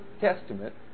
Testament